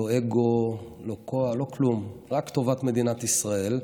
לא אגו, לא כוח, לא כלום, רק טובת מדינת ישראל.